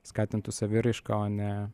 skatintų saviraišką o ne